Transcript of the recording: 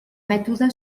mètode